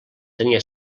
tenia